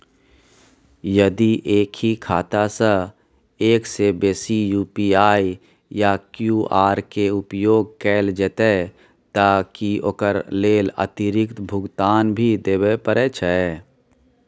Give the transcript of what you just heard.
यदि एक ही खाता सं एक से बेसी यु.पी.आई या क्यू.आर के उपयोग कैल जेतै त की ओकर लेल अतिरिक्त भुगतान भी देबै परै छै?